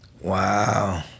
Wow